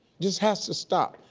this has to stop.